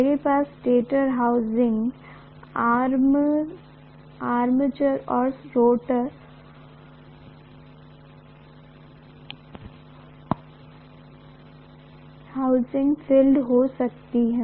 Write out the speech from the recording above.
मेरे पास stator housing armature और रोटर हाउसिंग फील्ड हो सकती है